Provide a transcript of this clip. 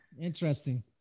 Interesting